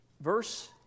Verse